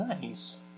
Nice